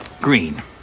Green